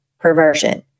perversion